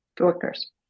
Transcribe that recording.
workers